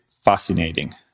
fascinating